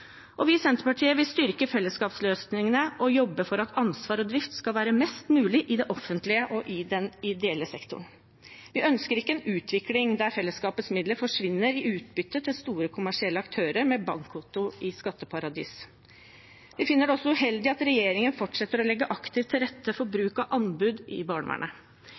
sektoren. Vi i Senterpartiet vil styrke fellesskapsløsningene og jobbe for at ansvar og drift skal være mest mulig i det offentlige og i den ideelle sektoren. Vi ønsker ikke en utvikling der fellesskapets midler forsvinner i utbytte til store kommersielle aktører med bankkonto i skatteparadis. Vi finner det også uheldig at regjeringen fortsetter å legge aktivt til rette for bruk av anbud i barnevernet.